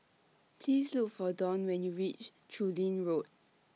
Please Look For Donn when YOU REACH Chu Lin Road